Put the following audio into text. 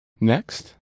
Next